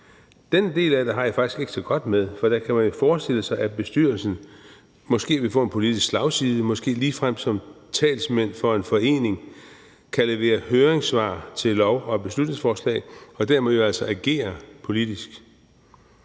Den del af det har jeg det faktisk ikke så godt med, for der kan man jo forestille sig, at bestyrelsen måske ville få en politisk slagside og måske ligefrem som talsmænd for en forening kunne levere høringssvar til lov- og beslutningsforslag og dermed jo altså agere politisk.